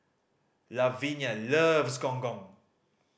Lavinia loves Gong Gong